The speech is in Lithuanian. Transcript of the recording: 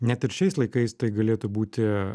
net ir šiais laikais tai galėtų būti